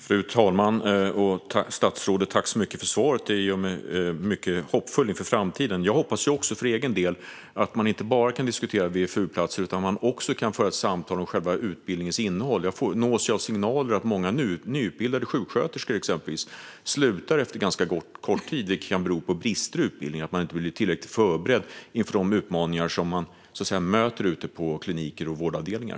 Fru talman! Tack så mycket för svaret, statsrådet! Det gör mig mycket hoppfull inför framtiden. Jag hoppas också för egen del att man inte bara kan diskutera VFU-platser utan att man också kan föra ett samtal om utbildningens innehåll. Jag nås av signaler om att exempelvis många nyutbildade sjuksköterskor slutar efter ganska kort tid. Det kan bero på brister i utbildningen - att man inte blir tillräckligt förberedd inför de utmaningar som man möter ute på kliniker och vårdavdelningar.